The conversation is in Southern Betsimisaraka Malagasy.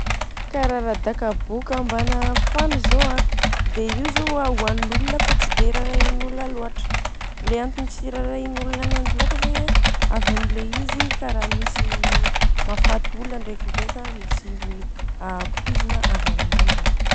Kara radakaboka ambana fano zô an dia io zô an hoanin'olona fa tsy dia rarahinn'olona loatra. Ilay antony tsy irarahin'olona ananjy loatra zany an, le izy kara misy mahafaty olona ndrendreka misy oi poizina avy aminanjy.